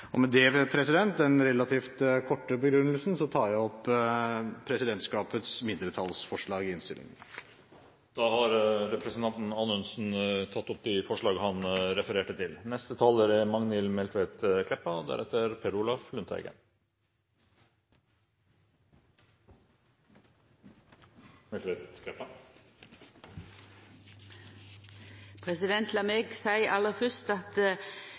Med denne relativt korte begrunnelsen tar jeg opp presidentskapets mindretallsforslag i innstillingen. Representanten Anders Anundsen har tatt opp de forslagene han refererte til.